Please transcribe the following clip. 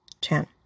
Chan